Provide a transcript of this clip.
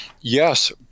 yes